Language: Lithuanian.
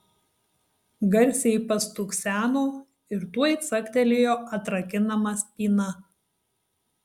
garsiai pastukseno ir tuoj caktelėjo atrakinama spyna